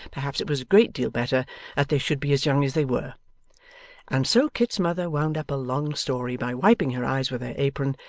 perhaps it was a great deal better that they should be as young as they were and so kit's mother wound up a long story by wiping her eyes with her apron,